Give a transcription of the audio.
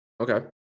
okay